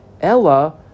ella